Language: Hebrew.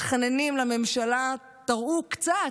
מתחננים לממשלה: תראו קצת,